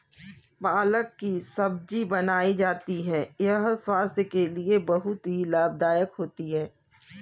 पालक की सब्जी बनाई जाती है यह स्वास्थ्य के लिए बहुत ही लाभदायक होती है